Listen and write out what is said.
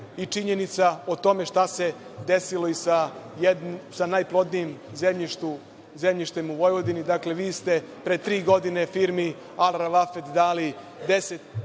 i činjenica o tome šta se desilo i sa najplodnijim zemljištem u Vojvodini. Dakle, vi ste pre tri godine firmi „Al Ravafed“ dali 10.400